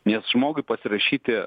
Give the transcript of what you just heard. nes žmogui pasirašyti